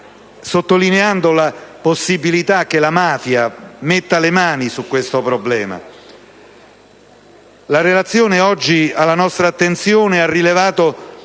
evidenziando la possibilità che la mafia metta le mani su questo problema. La relazione oggi alla nostra attenzione ha rilevato